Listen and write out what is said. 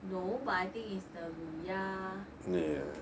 no but I think it's the 卤鸭